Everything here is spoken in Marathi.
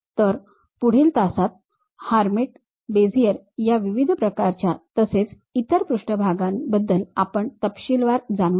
तर पुढील तासात हर्मिट बेझियर या विविध प्रकारच्या तसेच इतर पृष्ठभागांबद्दल आपण तपशीलवार जाणून घेऊ